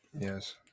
Yes